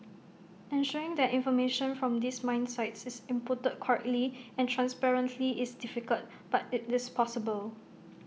ensuring that information from these mine sites is inputted correctly and transparently is difficult but IT is possible